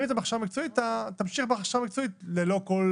אם אתה בהכשרה מקצועית - תמשיך בהכשרה המקצועית ללא כל